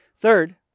Third